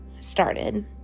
started